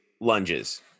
lunges